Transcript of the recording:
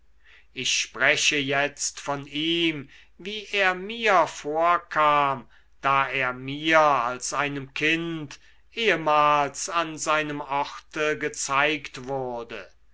ich spreche jetzt von ihm wie er mir vorkam da er mir als einem kinde ehemals an seinem orte gezeigt wurde